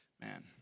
man